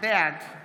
בעד